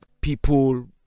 people